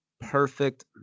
perfect